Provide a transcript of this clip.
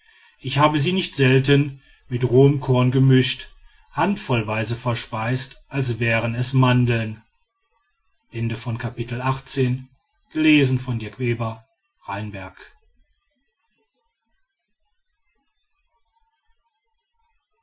ich habe sie nicht selten mit rohem korn gemischt handvollweise verspeist als wären es mandeln